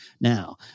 Now